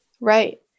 Right